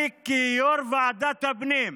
אני כיו"ר ועדת הפנים,